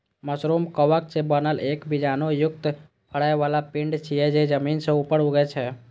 mushroom कवक सं बनल एक बीजाणु युक्त फरै बला पिंड छियै, जे जमीन सं ऊपर उगै छै